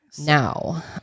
now